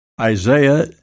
Isaiah